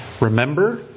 Remember